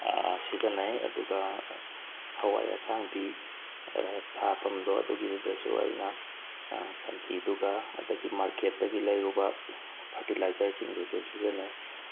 ꯁꯤꯖꯤꯟꯅꯩ ꯑꯗꯨꯒ ꯍꯋꯥꯏ ꯑꯁꯥꯡꯕꯤ ꯊꯥꯐꯝꯗꯣ ꯑꯗꯨꯒꯤꯗꯨꯗꯁꯨ ꯑꯩꯅ ꯁꯟꯊꯤꯗꯨꯒ ꯑꯗꯒꯤ ꯃꯥꯔꯀꯦꯠꯇꯒꯤ ꯂꯩꯔꯨꯕ ꯐꯔꯇꯤꯂꯥꯏꯖꯔꯁꯤꯡꯗꯨꯁꯨ ꯁꯤꯖꯤꯟꯅꯩ